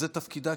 תפקידה,